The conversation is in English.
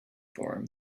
form